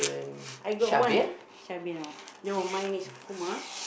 I got one Shabir no mine is Kumar